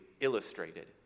illustrated